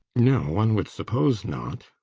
no, one would suppose not.